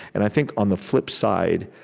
and i think, on the flipside,